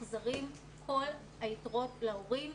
מוחזרות כל היתרות להורים,